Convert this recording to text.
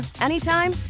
anytime